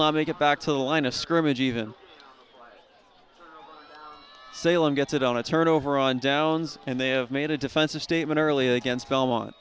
not make it back to the line of scrimmage even salem gets it on a turnover on downs and they have made a defensive statement early against belmont